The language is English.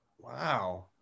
Wow